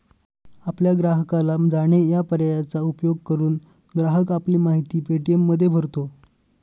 आपल्या ग्राहकाला जाणे या पर्यायाचा उपयोग करून, ग्राहक आपली माहिती पे.टी.एममध्ये भरतो